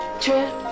trip